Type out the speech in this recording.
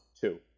two